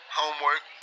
homework